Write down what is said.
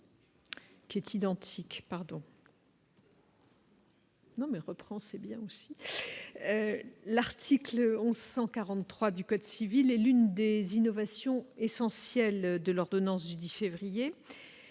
Qui est identique, pardon. Non mais reprend, c'est bien aussi l'article 1143 du Code civil et l'une des innovations essentielles de l'ordonnance du 10 février